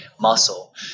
muscle